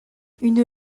une